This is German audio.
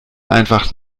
einfach